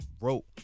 wrote